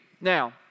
Now